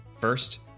first